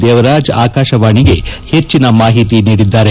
ದೇವರಾಜ್ ಆಕಾಶವಾಣಿಗೆ ಹೆಚ್ಚಿನ ಮಾಹಿತಿ ನೀಡಿದ್ದಾರೆ